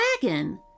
dragon